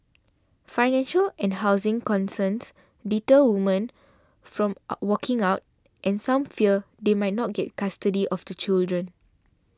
financial and housing concerns deter women from walking out and some fear they may not get custody of the children